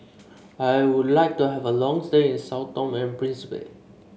I would like to have a long stay in Sao Tome and Principe